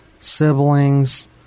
siblings